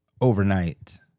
overnight